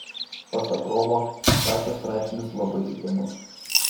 pasak rovo kašio straipsnis labai įdomus